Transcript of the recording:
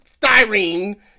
styrene